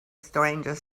stranger